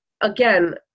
again